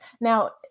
Now